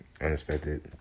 unexpected